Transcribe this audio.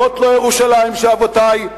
זאת לא ירושלים שאבותי,